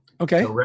Okay